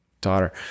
daughter